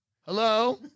Hello